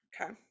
Okay